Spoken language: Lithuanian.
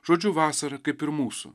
žodžiu vasara kaip ir mūsų